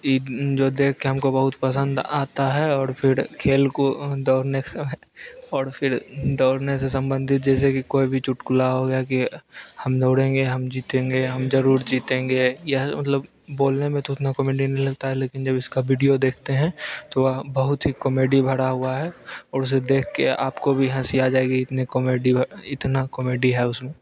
ई जो देख कर हमको बहुत पसंद आता है औड़ फिड़ खेल कू दौड़ने के समय और फिर दौड़ने से संबंधित जैसे कि कोई भी चुटकुला हो गया कि हम दौड़ेंगे हम जीतेंगे हम जरूर जीतेंगे यह मतलब बोलने में तो उतना कॉमिडियन नय लगता है लेकिन जब इसका बीडियो देखते हैं तो वह बहुत ही कॉमेडी भरा हुआ है और उसे देखके आपको भी हँसी या जाएगी इतने कॉमेडी भ इतना कॉमेडी है उसमें